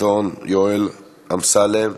חסון יואל, אמסלם,